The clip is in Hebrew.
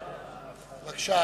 בבקשה.